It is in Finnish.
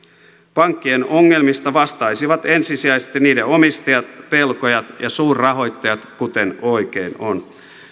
pankkien ongelmista vastaisivat ensisijaisesti niiden omistajat velkojat ja suurrahoittajat kuten oikein on